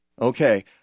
okay